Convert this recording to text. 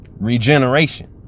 regeneration